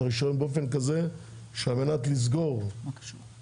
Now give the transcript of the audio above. את הרישיון באופן כזה שעל מנת לסגור סניף